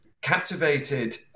captivated